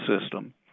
system